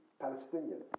Palestinian